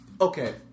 Okay